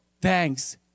thanks